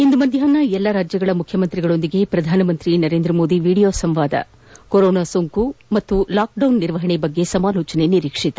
ಇಂದು ಮಧ್ಯಾಹ್ನ ಎಲ್ಲಾ ರಾಜ್ಯಗಳ ಮುಖ್ಯಮಂತ್ರಿಗಳೊಂದಿಗೆ ಪ್ರಧಾನಮಂತ್ರಿ ನರೇಂದ್ರ ಮೋದಿ ವಿದಿಯೋ ಸಂವಾದ ಕೊರೋನಾ ಸೋಂಕು ಮತ್ತು ಲಾಕ್ ಡೌನ್ ನಿರ್ವಹಣೆ ಬಗ್ಗೆ ಸಮಾಲೋಚನೆ ನಿರೀಕ್ವಿತ